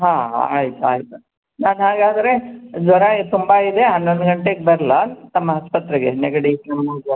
ಹಾಂ ಆಯ್ತು ಆಯಿತು ನಾನು ಹಾಗಾದರೆ ಜ್ವರ ತುಂಬ ಇದೆ ಹನ್ನೊಂದು ಗಂಟೆಗೆ ಬರಲಾ ತಮ್ಮ ಆಸ್ಪತ್ರೆಗೆ ನೆಗಡಿ ಕೆಮ್ಮು ಜ್ವ